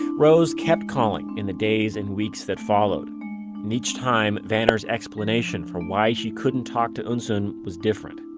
rose kept calling in the days and weeks that followed each time, vanner's explanation for why she couldn't talk to eunsoon was different.